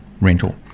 rental